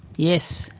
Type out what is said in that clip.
yes,